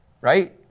right